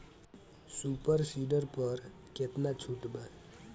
Super seeder पर केतना छूट बा?